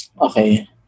Okay